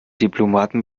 diplomaten